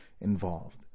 involved